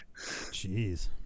jeez